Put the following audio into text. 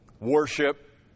worship